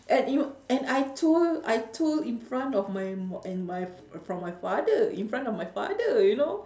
and eve~ and I told I told in front of my mo~ and my from my father in front of my father you know